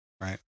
Right